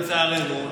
לצערנו,